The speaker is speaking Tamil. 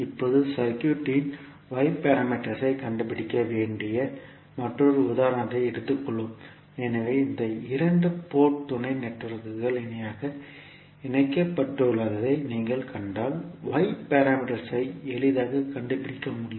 இப்போது சர்க்யூட் இன் Y பாராமீட்டர்ஸ் ஐ கண்டுபிடிக்க வேண்டிய மற்றொரு உதாரணத்தை எடுத்துக்கொள்வோம் எனவே இந்த இரண்டு போர்ட் துணை நெட்வொர்க்குகள் இணையாக இணைக்கப்பட்டுள்ளதை நீங்கள் கண்டால் Y பாராமீட்டர்ஸ் ஐ எளிதாக கண்டுபிடிக்க முடியும்